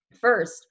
First